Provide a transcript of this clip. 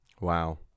Wow